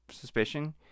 suspicion